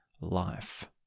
life